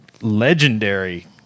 Legendary